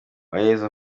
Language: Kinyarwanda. uwayezu